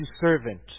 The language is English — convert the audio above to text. servant